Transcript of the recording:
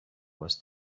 was